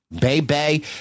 baby